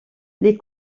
les